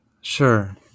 Sure